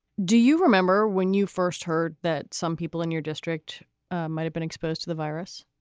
do you remember when you first heard that some people in your district might have been exposed to the virus?